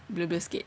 blur blur sikit